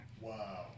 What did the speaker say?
Wow